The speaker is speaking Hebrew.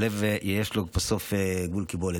ללב, בסוף, יש גבול קיבולת.